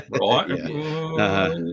right